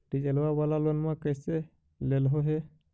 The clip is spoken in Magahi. डीजलवा वाला लोनवा कैसे लेलहो हे?